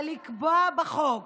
ולקבוע בחוק